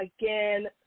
again